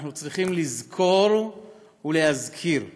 אנחנו צריכים לזכור ולהזכיר: